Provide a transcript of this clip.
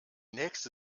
nächste